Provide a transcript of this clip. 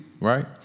right